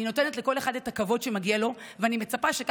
אני נותנת לכל אחד את הכבוד שמגיע לו,